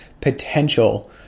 potential